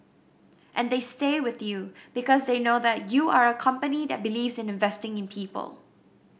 and they stay with you because they know that you are a company that believes in investing in people